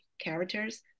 characters